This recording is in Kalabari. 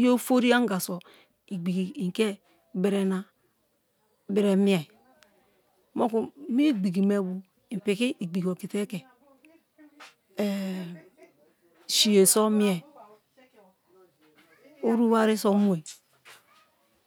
ye ofori anga so igbigi i ke berena, bere mie. Moku mi igbigi me bo i piki igbigi okite ke siye so mieri oru wari so mue